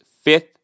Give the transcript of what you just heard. fifth